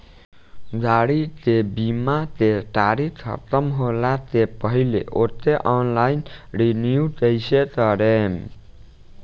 गाड़ी के बीमा के तारीक ख़तम होला के पहिले ओके ऑनलाइन रिन्यू कईसे करेम?